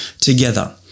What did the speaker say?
together